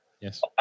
Yes